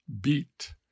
beat